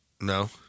No